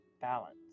balance